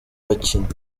bakinnyi